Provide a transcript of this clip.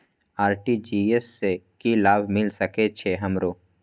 RTGS से की लाभ मिल सके छे हमरो?